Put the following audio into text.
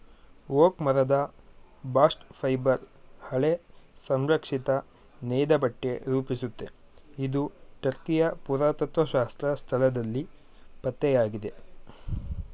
oak ಮರದ ಬಾಸ್ಟ್ ಫೈಬರ್ ಹಳೆ ಸಂರಕ್ಷಿತ ನೇಯ್ದಬಟ್ಟೆ ರೂಪಿಸುತ್ತೆ ಇದು ಟರ್ಕಿಯ ಪುರಾತತ್ತ್ವಶಾಸ್ತ್ರ ಸ್ಥಳದಲ್ಲಿ ಪತ್ತೆಯಾಗಿದೆ